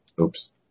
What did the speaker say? Oops